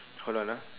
hold on ah